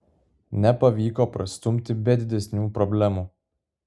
nepavyko prastumti be didesnių problemų